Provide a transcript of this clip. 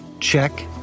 check